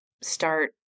start